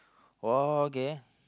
!wow! okay